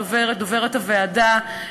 דוברת הוועדה,